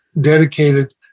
dedicated